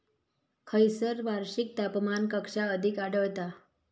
खैयसर वार्षिक तापमान कक्षा अधिक आढळता?